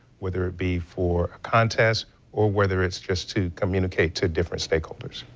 whether it be for contest or whether it's just to communicate to different stake holders.